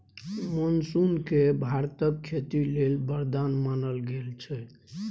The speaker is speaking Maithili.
मानसून केँ भारतक खेती लेल बरदान मानल गेल छै